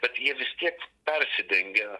bet jie vis tiek persidengia